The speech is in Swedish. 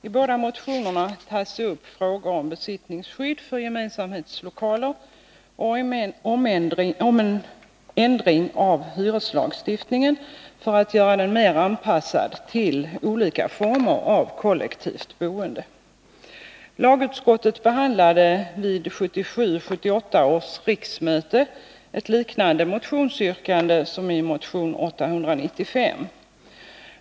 I de båda motionerna tas upp frågor om besittningsskydd för gemensamhetslokaler och om ändring av hyreslagstiftningen för att göra den mer anpassad till olika former av kollektivt boende. Lagutskottet behandlade vid 1977/78 års riksmöte ett liknande motionsyrkande som i motion 895.